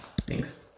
Thanks